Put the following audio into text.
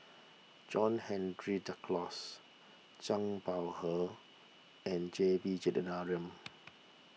John Henry Duclos Zhang Bohe and J B